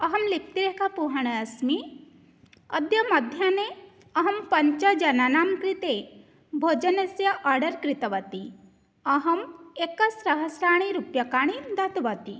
अहं लित्येका पौहाणा अस्मि अद्य मध्याह्ने अहं पञ्चजनानां कृते भोजनस्य आर्डर् कृतवती अहं एकसहस्राणि रूप्यकाणि दत्तवती